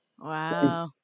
Wow